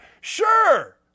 Sure